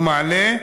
הוא מעלה: